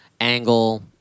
Angle